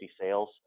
sales